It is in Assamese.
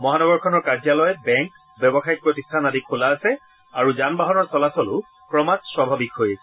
মহানগৰখনৰ কাৰ্যালয় বেংক ব্যৱসায়িক প্ৰতিষ্ঠান আদি খোলা আছে আৰু যান বাহনৰ চলাচলো ক্ৰমাৎ স্বাভাৱিক হৈছে